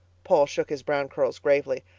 paul shook his brown curls gravely.